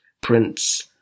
prince